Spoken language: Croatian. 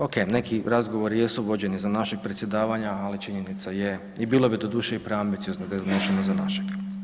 Ok, neki razgovori jesu vođeni za našeg predsjedavanja, ali činjenica je i bilo bi doduše i preambiciozno da je donešeno za našeg.